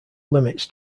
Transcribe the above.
limits